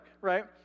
right